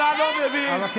אתה לא מבין, מה השעה?